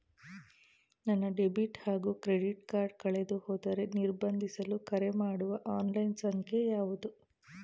ನನ್ನ ಡೆಬಿಟ್ ಹಾಗೂ credit card ಕಳೆದುಹೋದರೆ ನಿರ್ಬಂಧಿಸಲು ಕರೆಮಾಡುವ ಆನ್ಲೈನ್ ಸಂಖ್ಯೆಯಾವುದು?